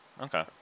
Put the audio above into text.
Okay